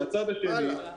מהצד השני,